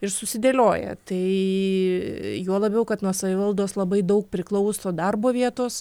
ir susidėlioja tai juo labiau kad nuo savivaldos labai daug priklauso darbo vietos